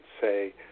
say